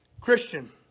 Christian